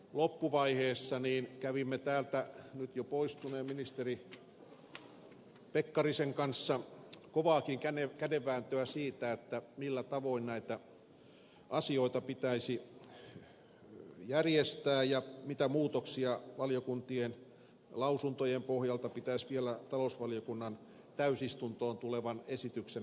loppuvaiheessa kävimme täältä nyt jo poistuneen ministeri pekkarisen kanssa kovaakin kädenvääntöä siitä millä tavoin näitä asioita pitäisi järjestää ja mitä muutoksia valiokuntien lausuntojen pohjalta pitäisi vielä talousvaliokunnan täysistuntoon tulevan esityksen osalta tehdä